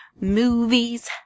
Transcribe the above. Movies